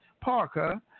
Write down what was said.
Parker